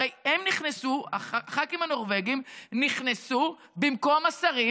הרי הם נכנסו, הח"כים הנורבגים נכנסו במקום השרים,